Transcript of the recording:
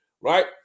right